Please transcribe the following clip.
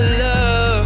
love